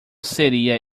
seria